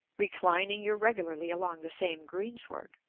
reclining irregularly along the same greensward,